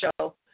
show